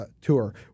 Tour